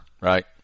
right